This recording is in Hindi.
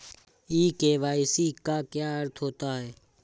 ई के.वाई.सी का क्या अर्थ होता है?